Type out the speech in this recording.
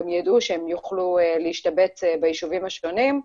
יידעו שהם יוכלו להשתבץ ביישובים השונים.